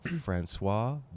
Francois